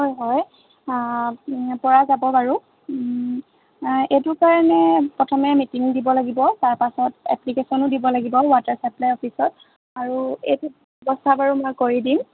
হয় হয় পৰা যাব বাৰু এইটো কাৰণে প্ৰথমে মিটিং দিব লাগিব তাৰপাছত এপ্লিকেশ্যন দিব লাগিব ৱাটাৰ চাপ্লাই অফিচত আৰু এইটো ব্যৱস্থা বাৰু মই কৰি দিম